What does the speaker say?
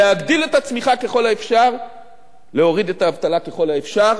להגדיל את הצמיחה ככל האפשר ולהוריד את האבטלה ככל האפשר,